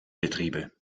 betriebe